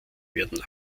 werden